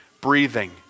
breathing